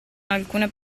alcuna